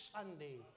Sunday